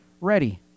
ready